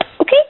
Okay